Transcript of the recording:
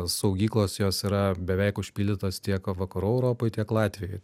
saugyklos jos yra beveik užpildytos tiek vakarų europoj tiek latvijoj